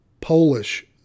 polish